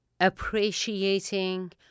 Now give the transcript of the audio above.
appreciating